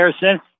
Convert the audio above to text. Harrison